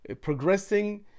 progressing